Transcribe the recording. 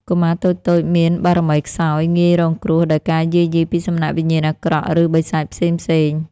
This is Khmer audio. កុមារតូចៗមានបារមីខ្សោយ ងាយរងគ្រោះដោយការយាយីពីសំណាក់វិញ្ញាណអាក្រក់ ឬបិសាចផ្សេងៗ។